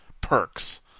perks